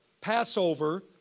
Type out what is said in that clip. Passover